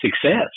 success